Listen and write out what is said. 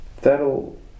that'll